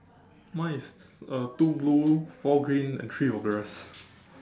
mine is uh two blue four green and three of the rest